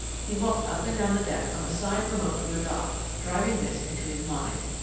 he walked up and down the deck on the side remote from the dock, driving this into his mind.